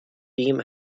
beam